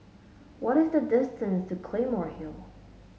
what is the distance to Claymore Hill